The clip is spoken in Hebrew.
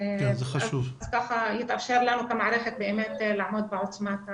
כך יתאפשר לנו כמערכת לעמוד בעוצמת הפגיעות.